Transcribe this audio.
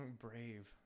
brave